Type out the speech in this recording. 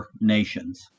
nations